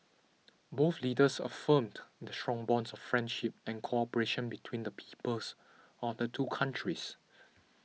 both leaders affirmed the strong bonds of friendship and cooperation between the peoples of the two countries